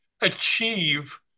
achieve